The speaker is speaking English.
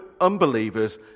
unbelievers